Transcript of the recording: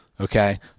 Okay